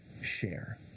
share